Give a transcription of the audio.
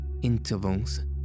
intervals